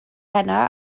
heno